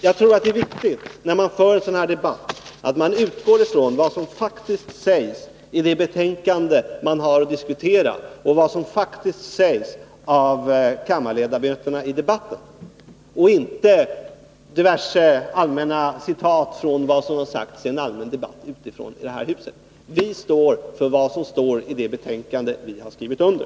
Jag anser att det är viktigt när man för en sådan här debatt att man utgår från vad som faktiskt sägs i det betänkande man har att diskutera och vad som faktiskt sägs av kammarledamöterna i debatten, inte från diverse citat av vad som har sagts i en allmän debatt utanför det här huset. Vi står för vad som anförs i det betänkande vi har skrivit under.